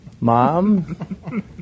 mom